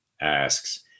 asks